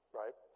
right